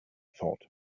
thought